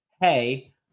hey